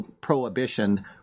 prohibition